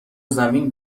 زمین